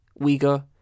Uyghur